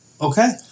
Okay